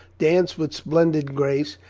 danced with splendid grace,